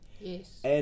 Yes